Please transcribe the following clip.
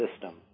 system